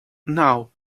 know